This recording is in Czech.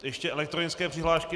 Ještě elektronické přihlášky.